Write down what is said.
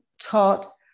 taught